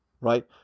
right